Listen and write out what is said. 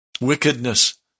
wickedness